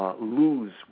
lose